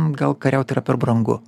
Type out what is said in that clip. gal kariaut yra per brangu